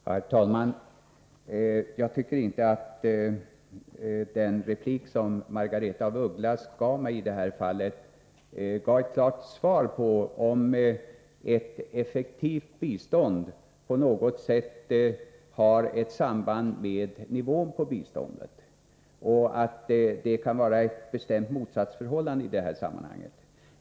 Herr talman! Jag tycker inte att den replik som Margaretha af Ugglas gav mig i det här fallet innebar ett klart besked om huruvida ett effektivt bistånd på något sätt har samband med biståndets nivå och huruvida det kan vara ett bestämt motsatsförhållande i detta sammanhang.